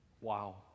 Wow